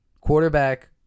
quarterback